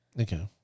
Okay